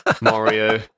Mario